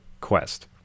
quest